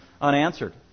unanswered